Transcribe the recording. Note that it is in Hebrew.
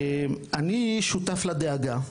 אני שותף לדאגה,